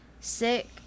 sick